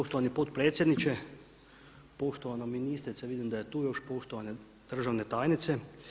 Poštovani potpredsjedniče, poštovana ministrice, vidim da je tu još, poštovane državne tajnice.